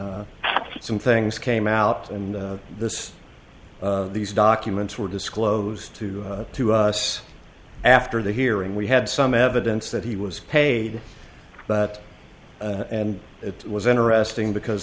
some things came out and this these documents were disclosed to to us after the hearing we had some evidence that he was paid but and it was interesting because